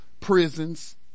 prisons